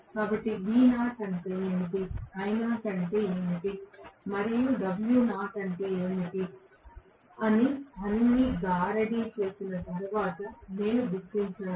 కాబట్టి V0 అంటే ఏమిటి I0 అంటే ఏమిటి మరియు W0 అంటే ఏమిటి అని అన్ని గారడీ చేసిన తరువాత నేను గుర్తించాను